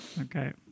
Okay